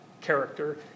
character